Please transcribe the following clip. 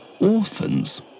orphans